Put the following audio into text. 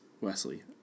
Wesley